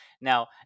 Now